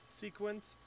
sequence